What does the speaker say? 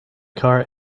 car